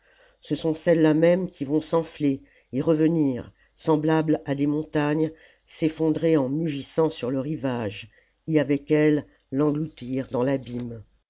ce sont celles-là même qui vont s'enfler et revenir semblables à des montagnes s'effondrer en mugissant sur le rivage et avec elles l'engloutir dans l'abîme